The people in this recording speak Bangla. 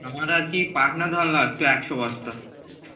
আমার আর কি পাটনা ধান লাগতো একশো বস্তা